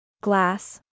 Glass